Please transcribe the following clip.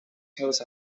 coast